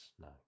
no